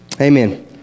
amen